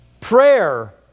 Prayer